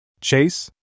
Chase